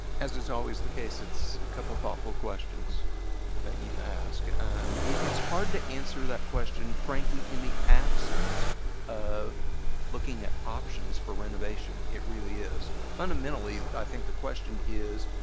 as is always the case it's a couple of thoughtful questions that you ask it's hard to answer that question frankly in the absence of looking at options for renovation it really is fundamentally i think the question is